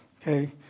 Okay